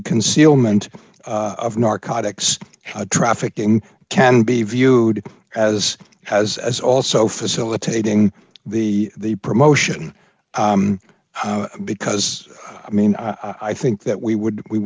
concealment of narcotics trafficking can be viewed as has as also facilitating the the promotion because i mean i think that we would we